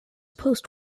post